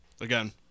again